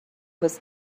was